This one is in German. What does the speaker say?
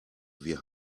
wir